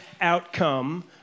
outcome